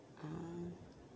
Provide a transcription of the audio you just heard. ah